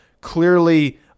clearly